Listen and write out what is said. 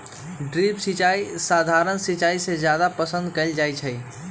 drip सिंचाई सधारण सिंचाई से जादे पसंद कएल जाई छई